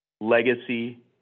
legacy